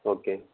okay